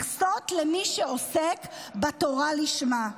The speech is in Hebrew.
מכסות למי שעוסק בתורה לשמה.